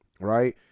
Right